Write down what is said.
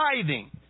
tithing